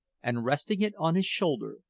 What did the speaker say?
and resting it on his shoulder,